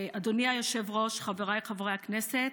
אדוני היושב-ראש, חבריי חברי הכנסת,